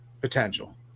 potential